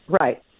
Right